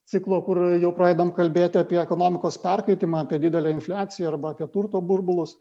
ciklo kur jau pradedam kalbėti apie ekonomikos perkaitimą apie didelę infliaciją arba apie turto burbulus